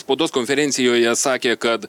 spaudos konferencijoje sakė kad